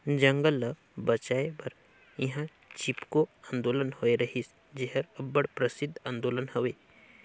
जंगल ल बंचाए बर इहां चिपको आंदोलन होए रहिस जेहर अब्बड़ परसिद्ध आंदोलन हवे